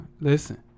Listen